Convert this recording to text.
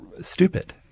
stupid